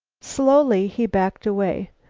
slowly he backed away.